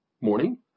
morning